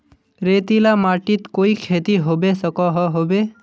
रेतीला माटित कोई खेती होबे सकोहो होबे?